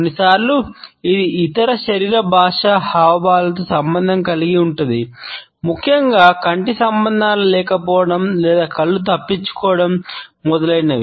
కొన్నిసార్లు ఇది ఇతర శరీర భాషా హావభావాలతో సంబంధం కలిగి ఉంటుంది ముఖ్యంగా కంటి సంబంధాలు లేకపోవడం లేదా కళ్ళు తప్పించుకోవడం మొదలైనవి